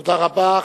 תודה רבה.